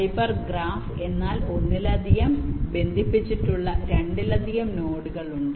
hyper graph എന്നാൽ ഒന്നിലധികം ബന്ധിപ്പിച്ചിട്ടുള്ള 2 ലധികം നോഡുകൾ ഉണ്ട്